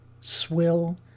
swill